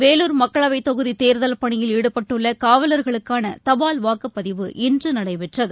வேலூர் மக்களவைதொகுதிதேர்தல் பணியில் ஈடுபட்டுள்ளகாவலர்களுக்கானதபால் வாக்குப்பதிவு இன்றுநடைபெற்றது